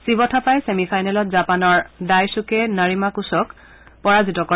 শিৱ থাপাই ছেমি ফাইনেলত জাপানৰ ডায়খুকে নৰিমাকয়ুক পৰাজিত কৰে